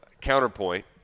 counterpoint